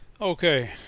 Okay